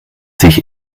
sich